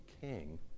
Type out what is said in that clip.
king